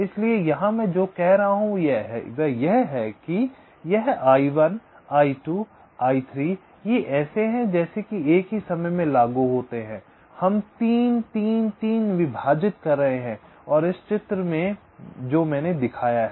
इसलिए यहां मैं जो कह रहा हूं वह यह है कि यह I1 I2 I3 ये ऐसे हैं जैसे कि एक ही समय में लागू होते हैं हम 3 3 3 विभाजित कर रहे हैं और इस चित्र में जो मैंने दिखाया है